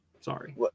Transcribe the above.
Sorry